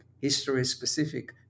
history-specific